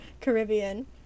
Caribbean